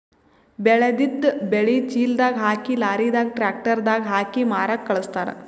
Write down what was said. ಬೆಳೆದಿದ್ದ್ ಬೆಳಿ ಚೀಲದಾಗ್ ಹಾಕಿ ಲಾರಿದಾಗ್ ಟ್ರ್ಯಾಕ್ಟರ್ ದಾಗ್ ಹಾಕಿ ಮಾರಕ್ಕ್ ಖಳಸ್ತಾರ್